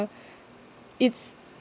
it's